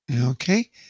Okay